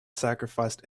sacrificed